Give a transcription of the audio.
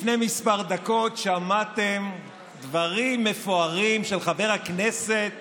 לפני כמה דקות שמעתם דברים מפוארים של חבר הכנסת